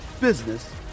business